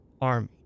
army